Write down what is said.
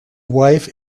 wife